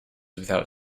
without